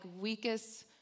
weakest